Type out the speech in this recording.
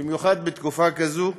במיוחד בתקופה כזו,